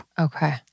Okay